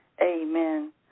Amen